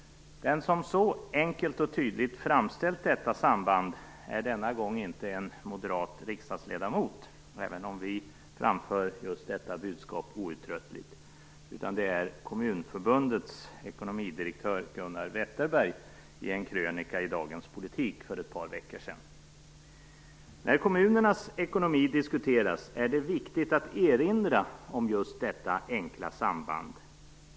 Den som så enkelt och tydligt framställt detta samband är denna gång inte en moderat riksdagsledamot, även om vi framför just detta budskap outtröttligt, utan det är Kommunförbundets ekonomidirektör Gunnar Wetterberg i en krönika i Dagens Politik för ett par veckor sedan. När kommunernas ekonomi diskuteras är det viktigt att erinra om just detta enkla samband.